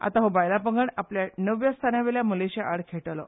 आतां हो बायलां पंगड आपल्या णव्या स्थाना वेल्या मलेशिया आड खेळटलो